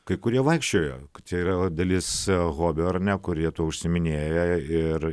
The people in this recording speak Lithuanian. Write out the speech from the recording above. kai kurie vaikščiojo čia yra dalis hobio ar ne kurie tuo užsiiminėja ir